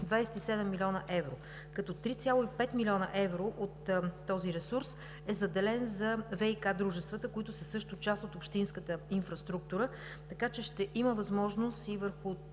27 млн. евро, като 3,5 млн. евро от този ресурс е заделен за ВиК дружествата, които са също част от общинската инфраструктура, така че ще има възможност и върху